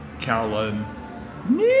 Callum